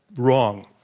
wrong.